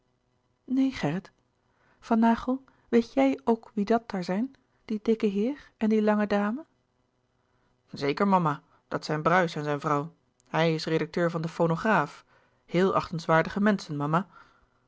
gerrit van naghel weet j i j ook wie dàt daar zijn die dikke heer en die lange dame zeker mama dat zijn bruys en zijn vrouw hij is redacteur van den fonograaf heel achtenswaardige menschen mama